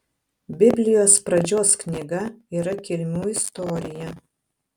biblijos pradžios knyga yra kilmių istorija